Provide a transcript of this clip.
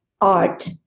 art